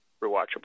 rewatchable